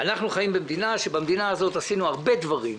חיים במדינה שבה עשינו הרבה דברים,